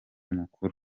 mukuru